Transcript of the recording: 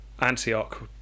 Antioch